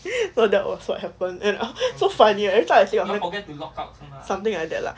so that was what happen and aft~ so funny right you every I say something like that lah